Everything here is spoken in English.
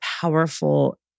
powerful